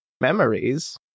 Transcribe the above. memories